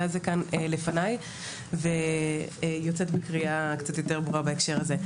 הזה כאן לפניי ויוצאת בקריאה קצת יותר ברורה בהקשר הזה.